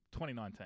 2019